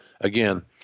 again